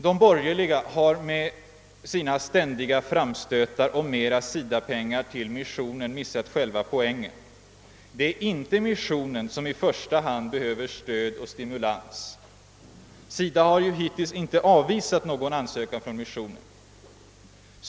De borgerliga har med sina ständiga framstötar om mera SIDA-pengar till missionen missat själva poängen. Det är inte missionen som i första hand behöver stöd och stimulans — SIDA har ju hittills inte avvisat någon ansökan från missionen.